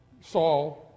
Saul